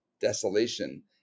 desolation